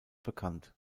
bekannt